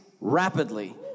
rapidly